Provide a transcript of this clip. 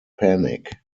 panic